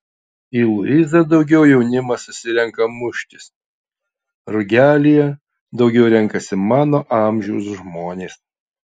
į luizą daugiau jaunimas susirenka muštis rugelyje daugiau renkasi mano amžiaus žmonės